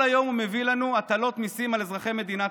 כל היום הוא מביא לנו הטלות מיסים על אזרחי מדינת